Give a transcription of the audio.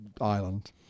Island